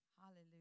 Hallelujah